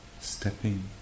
stepping